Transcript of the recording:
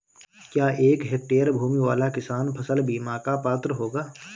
क्या एक हेक्टेयर भूमि वाला किसान फसल बीमा का पात्र होगा?